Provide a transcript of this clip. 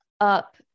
up